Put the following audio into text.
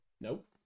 Nope